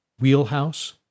wheelhouse